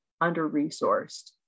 under-resourced